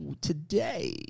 today